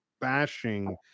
bashing